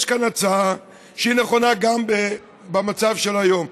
יש כאן הצעה שהיא נכונה גם במצב של היום.